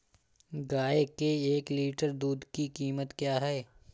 गाय के एक लीटर दूध की कीमत क्या है?